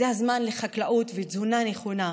זה הזמן לחקלאות ותזונה נכונה.